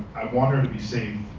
i want her to be safe,